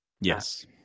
Yes